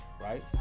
right